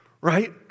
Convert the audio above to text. right